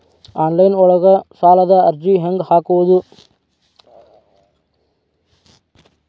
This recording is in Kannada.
ಆನ್ಲೈನ್ ಒಳಗ ಸಾಲದ ಅರ್ಜಿ ಹೆಂಗ್ ಹಾಕುವುದು?